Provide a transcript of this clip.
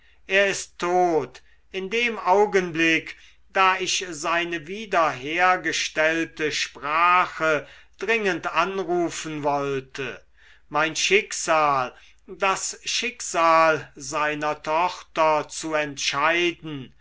er ist tot in dem augenblick da ich seine wiederhergestellte sprache dringend anrufen wollte mein schicksal das schicksal seiner tochter zu entscheiden